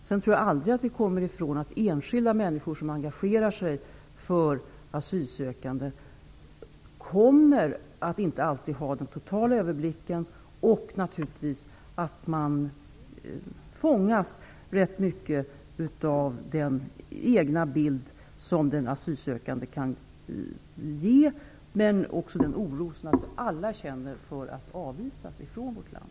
Jag tror aldrig att vi kommer ifrån att enskilda mäniskor som engagerar sig för asylsökande inte alltid kommer att ha en total överblick och att de fångas rätt mycket av den bild som den asylsökande kan ge, men också av den oro som naturligtvis alla känner för att avvisas från vårt land.